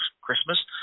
Christmas